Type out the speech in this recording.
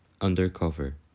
Undercover